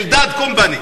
אלדד קומפני.